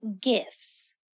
gifts